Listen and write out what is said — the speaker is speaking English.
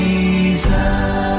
Jesus